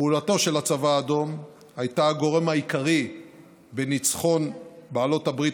פעולתו של הצבא האדום הייתה הגורם העיקרי בניצחון בעלות הברית